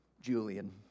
julian